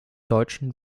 deutschen